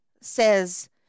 says